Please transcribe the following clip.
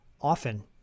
often